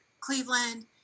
Cleveland